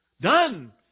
Done